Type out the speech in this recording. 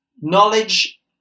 knowledge